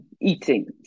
eating